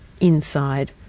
inside